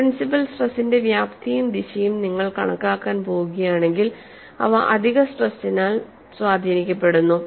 principal സ്ട്രെസിന്റെ വ്യാപ്തിയും ദിശയും നിങ്ങൾ കണക്കാക്കാൻ പോകുകയാണെങ്കിൽ അവ അധിക സ്ട്രെസിനാൽ സ്വാധീനിക്കപ്പെടുന്നു